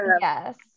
Yes